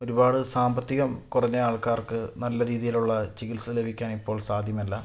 ഒരുപാട് സാമ്പത്തികം കുറഞ്ഞ ആൾക്കാർക്ക് നല്ല രീതിയിലുള്ള ചികിത്സ ലഭിക്കാൻ ഇപ്പോൾ സാധ്യമല്ല